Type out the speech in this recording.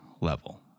level